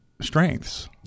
strengths